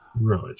Right